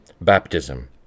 Baptism